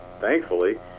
thankfully